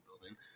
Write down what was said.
building